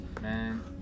man